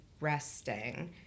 resting